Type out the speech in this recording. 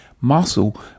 muscle